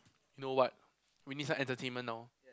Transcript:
know what we need some entertainment now